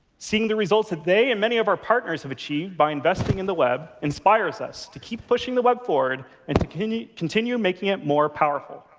seeing the results that they and many of our partners have achieved by investing in the web inspires us to keep pushing the web forward and continue continue making it more powerful.